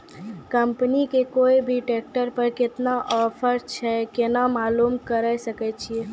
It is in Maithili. कंपनी के कोय भी ट्रेक्टर पर केतना ऑफर छै केना मालूम करऽ सके छियै?